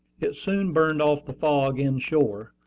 it soon burned off the fog inshore,